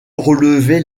relevait